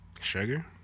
Sugar